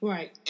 Right